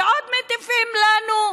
ועוד מטיפים לנו.